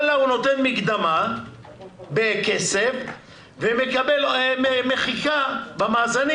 הוא נותן מקדמה בכסף ומקבל מחיקה במאזנים